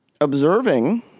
Observing